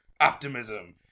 Optimism